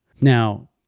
Now